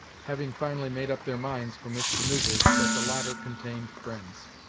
having finally made up their minds from its manoeuvres that the latter contained friends.